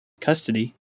custody